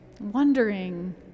Wondering